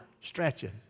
stretching